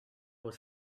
was